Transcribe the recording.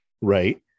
Right